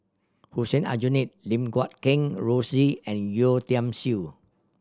Hussein Aljunied Lim Guat Kheng Rosie and Yeo Tiam Siew